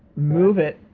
move it.